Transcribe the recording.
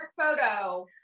photo